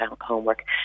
homework